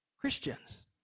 Christians